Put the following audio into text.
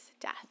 death